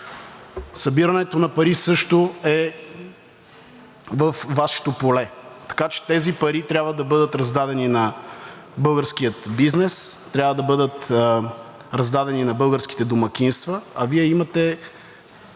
Събирането на пари също е във Вашето поле, така че тези пари трябва да бъдат раздадени на българския бизнес, трябва да бъдат раздадени на българските домакинства, а Вие имате